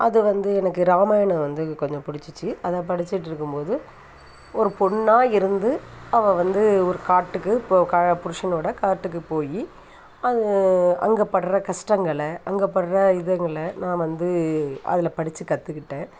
அது வந்து எனக்கு ராமாயணம் வந்து கொஞ்சம் பிடிச்சிச்சி அதை படிச்சிட்டுருக்கும் போது ஒரு பொண்ணாக இருந்து அவ வந்து ஒரு காட்டுக்கு போ க புருஷனோட காட்டுக்கு போய் அது அங்கே படுற கஸ்டங்களை அங்கே படுற இதுங்களை நான் வந்து அதில் படிச்சு கற்றுக்கிட்டேன்